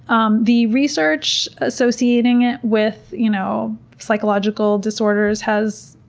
um the research associating it with you know psychological disorders has,